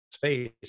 face